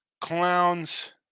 clowns